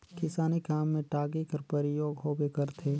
किसानी काम मे टागी कर परियोग होबे करथे